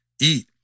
eat